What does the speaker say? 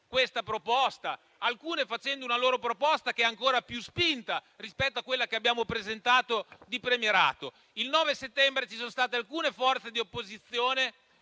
questa proposta, alcune avanzando una loro proposta di premierato ancora più spinta rispetto a quella che abbiamo presentato. Il 9 settembre ci sono state alcune forze di opposizione